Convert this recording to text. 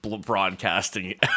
broadcasting